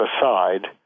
aside